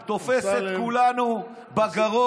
אתה תופס את כולנו בגרון,